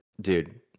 dude